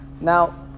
Now